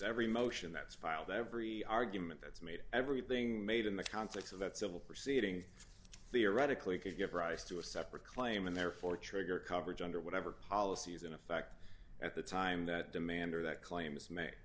every motion that's filed every argument that's made everything made in the conflicts of that civil proceedings theoretically could give rise to a separate claim and therefore trigger coverage under whatever policy is in effect at the time that demand or that claim is ma